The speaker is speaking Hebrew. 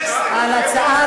איפה הליכוד?